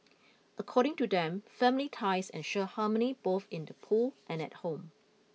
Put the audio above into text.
according to them family ties ensure harmony both in the pool and at home